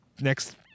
next